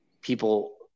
people